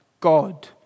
God